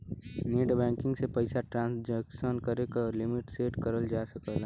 net banking से पइसा transaction करे क लिमिट सेट करल जा सकला